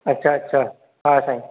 अछा अछा हा साईं